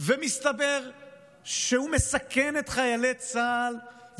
ומסית כנגד מדינת ישראל.